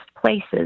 places